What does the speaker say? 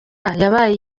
yabaye